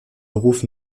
beruf